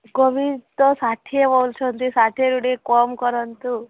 କୋବି ତ ଷାଠିଏ କହୁଛନ୍ତି ଷାଠିଏରୁ ଟିକେ କମ କରନ୍ତୁ